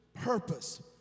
purpose